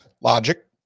logic